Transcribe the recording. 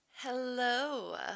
Hello